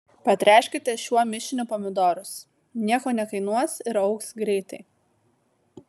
patręškite šiuo mišiniu pomidorus nieko nekainuos ir augs greitai